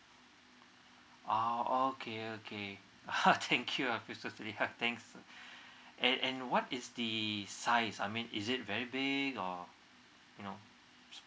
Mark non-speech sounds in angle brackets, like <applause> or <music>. oh okay okay <laughs> thank you i feel so silly thanks and and what is the size I mean is it very big or you know small